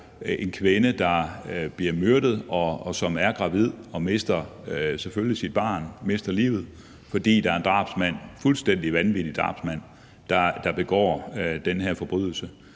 en kvinde, der bliver myrdet, og som er gravid og mister, selvfølgelig, sit barn, mister livet, fordi der er en drabsmand, en fuldstændig vanvittig drabsmand, der begår den her forbrydelse.